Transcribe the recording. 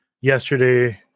Yesterday